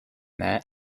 that